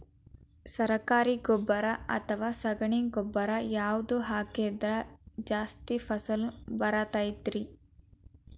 ಸರಕಾರಿ ಗೊಬ್ಬರ ಅಥವಾ ಸಗಣಿ ಗೊಬ್ಬರ ಯಾವ್ದು ಹಾಕಿದ್ರ ಜಾಸ್ತಿ ಫಸಲು ಬರತೈತ್ರಿ?